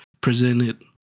presented